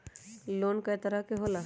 Loan कय तरह के होला?